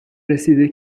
رسیده